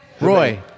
Roy